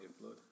Blood